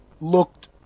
looked